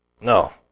No